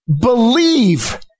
believe